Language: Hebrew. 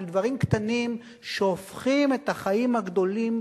של דברים קטנים שהופכים את החיים הגדולים